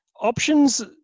options